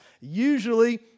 usually